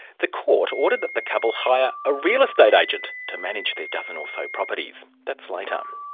the court ordered that the couple hire a real estate agent to manage their dozen or so properties. that's like um